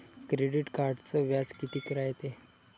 Credit कार्डचं व्याज कितीक रायते?